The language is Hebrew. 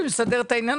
עלה